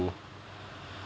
to